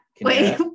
Wait